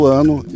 ano